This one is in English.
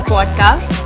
Podcast